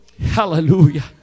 Hallelujah